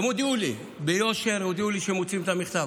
הם הודיעו לי ביושר שהם מוציאים את המכתב,